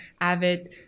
avid